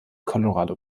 colorado